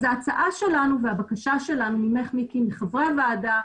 ההצעה שלנו והבקשה שלנו ממך מיקי ומחברי הוועדה,